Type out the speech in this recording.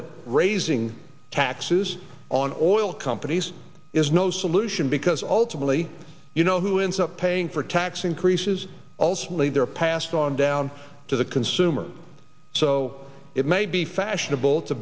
that raising taxes on oil companies is no solution because ultimately you know who ends up paying for tax increases also only there passed on down to the consumer so it may be fashionable to